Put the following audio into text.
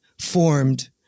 formed